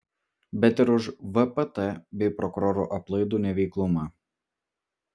bet ir už vpt bei prokurorų aplaidų neveiklumą